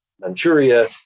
Manchuria